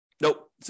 Nope